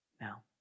Now